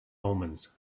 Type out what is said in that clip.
omens